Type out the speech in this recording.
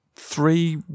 Three